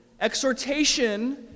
exhortation